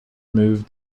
moved